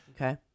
Okay